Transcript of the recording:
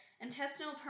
intestinal